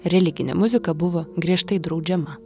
religinė muzika buvo griežtai draudžiama